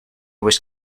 was